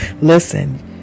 listen